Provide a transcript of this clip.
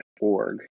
org